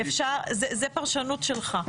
זו פרשנות שלך.